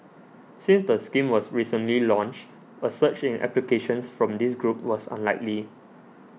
since the scheme was recently launched a surge in applications from this group was unlikely